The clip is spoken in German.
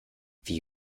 wie